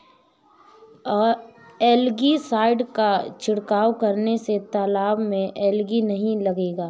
algae side का छिड़काव करने से तालाब में एलगी नहीं लगेगा